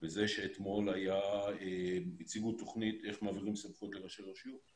בזה שאתמול הציגו תוכנית איך מעבירים סמכויות לראשי רשויות.